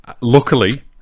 Luckily